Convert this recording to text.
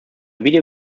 video